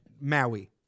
Maui